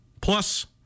plus